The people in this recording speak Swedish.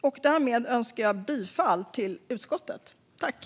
Jag yrkar bifall till utskottets förslag.